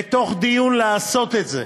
בתוך דיון לעשות את זה,